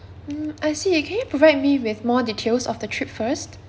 mm I see can you provide me with more details of the trip first